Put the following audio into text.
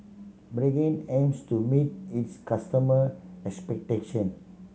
Pregain aims to meet its customer expectation